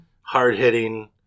Hard-hitting